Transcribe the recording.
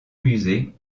musée